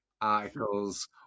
articles